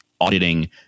auditing